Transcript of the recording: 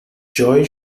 joy